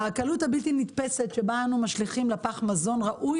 הקלות הבלתי נתפסת שבה אנו משליכים לפח מזון ראוי